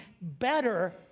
better